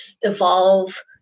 evolve